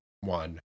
one